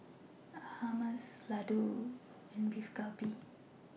Hummus Ladoo and Beef Galbi